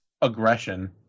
aggression